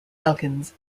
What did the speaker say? elkins